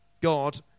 God